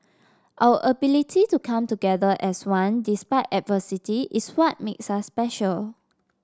our ability to come together as one despite adversity is what makes us special